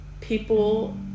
people